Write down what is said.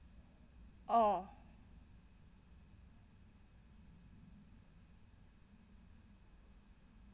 oh